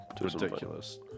Ridiculous